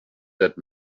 that